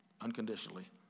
unconditionally